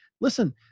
listen